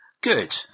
Good